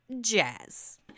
jazz